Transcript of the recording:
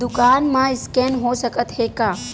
दुकान मा स्कैन हो सकत हे का?